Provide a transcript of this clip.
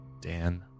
Dan